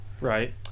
Right